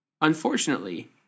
Unfortunately